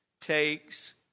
takes